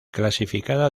clasificada